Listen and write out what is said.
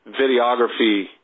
videography